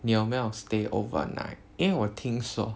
你有没有 stay overnight 因为我听说